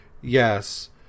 yes